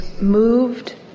moved